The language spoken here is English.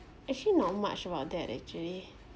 actually not much about that actually